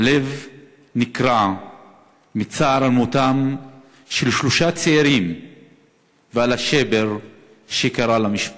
הלב נקרע מצער על מותם של שלושה צעירים ועל השבר שקרה למשפחות.